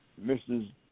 Mrs